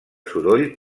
soroll